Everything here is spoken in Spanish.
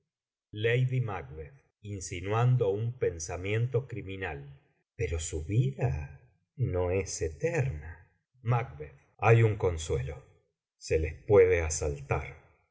banquo y fleancio viven lady mac insinuando un pensamiento criminal pero su vida no es eterna macb hay un consuelo se les puede asaltar